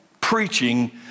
preaching